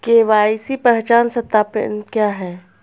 KYC पहचान सत्यापन क्या है?